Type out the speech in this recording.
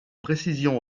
précision